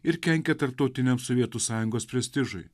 ir kenkė tarptautiniam sovietų sąjungos prestižui